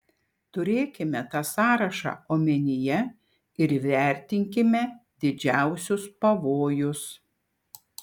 turėkime tą sąrašą omenyje ir įvertinkime didžiausius pavojus